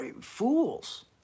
fools